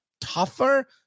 tougher